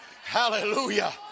Hallelujah